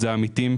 הם העמיתים.